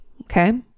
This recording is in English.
Okay